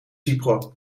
gyproc